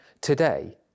today